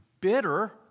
bitter